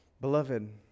Beloved